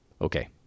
okay